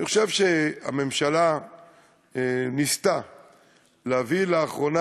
אני חושב שהממשלה ניסתה להעביר לאחרונה,